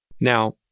Now